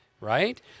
right